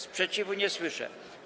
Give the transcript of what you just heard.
Sprzeciwu nie słyszę.